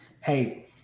Hey